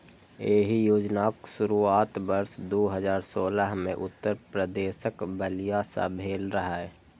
एहि योजनाक शुरुआत वर्ष दू हजार सोलह मे उत्तर प्रदेशक बलिया सं भेल रहै